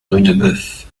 rudebeuf